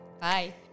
Bye